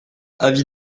avis